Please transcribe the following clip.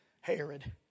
Herod